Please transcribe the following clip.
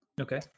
Okay